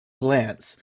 glance